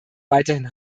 weiterhin